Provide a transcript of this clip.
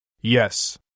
Yes